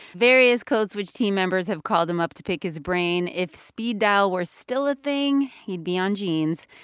various code switch team members have called him up to pick his brain. if speed dial were still a thing, he'd be on gene's.